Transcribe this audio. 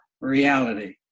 reality